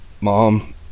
mom